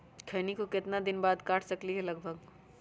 खैनी को कितना दिन बाद काट सकलिये है लगभग?